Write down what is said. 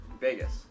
Vegas